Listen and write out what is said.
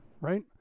right